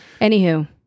Anywho